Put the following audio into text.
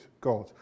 God